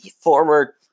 Former